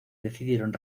decidieron